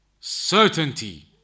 Certainty